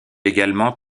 également